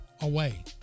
away